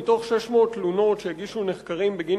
מתוך 600 תלונות שהגישו נחקרים בגין